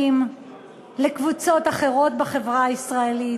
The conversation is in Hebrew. לקבוצות אחרות בחברה הישראלית.